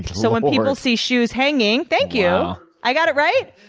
so when people see shoes hanging thank you. i got it right?